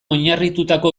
oinarritutako